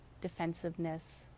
defensiveness